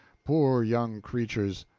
poor young creatures!